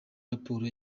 raporo